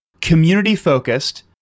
community-focused